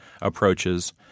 approaches